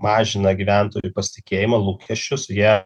mažina gyventojų pasitikėjimą lūkesčius jie